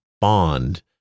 bond